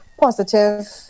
positive